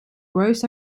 gross